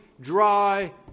dry